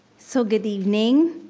so good evening.